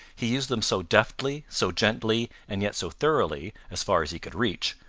he used them so deftly, so gently, and yet so thoroughly, as far as he could reach,